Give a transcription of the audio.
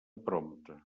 prompte